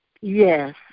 Yes